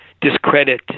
discredit